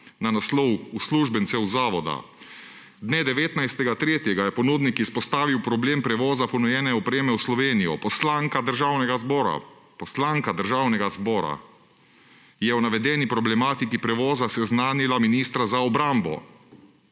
na naslov uslužbencev Zavoda. Dne 19. 3. je ponudnik izpostavil problem prevoza ponujene opreme v Slovenijo. Poslanka Državnega zbora – poslanka Državnega zbora! – je v navedeni problematiki prevoza seznanila ministra za obrambo,